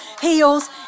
heels